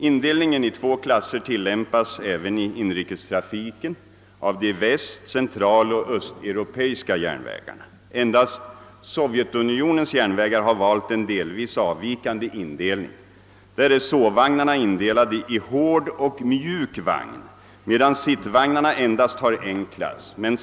Indelningen i två klasser tillämpas i inrikestrafiken även av de väst-, centraloch östeuropeiska järnvägarna. Endast Sovjetunionens järnvägar har valt en delvis avvikande indelning. Där är sovvagnarna indelade i hård och mjuk vagn medan sittvagnarna endast har en klass.